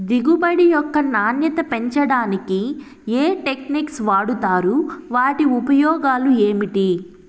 దిగుబడి యొక్క నాణ్యత పెంచడానికి ఏ టెక్నిక్స్ వాడుతారు వాటి ఉపయోగాలు ఏమిటి?